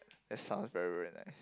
that sounds very very nice